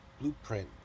blueprint